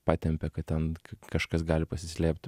patempia kad ten kažkas gali pasislėpt